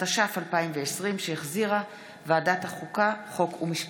התש"ף 2020, שהחזירה ועדת החוקה, חוק ומשפט.